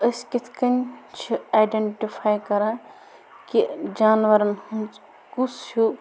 أسۍ کِتھ کٔنۍ چھِ اَڈینٹِفے کران کہِ جانوَرَن ہٕنٛز کُس ہیو